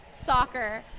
soccer